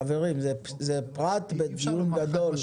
חברים זה פרט בדיון גדול.